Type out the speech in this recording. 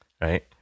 right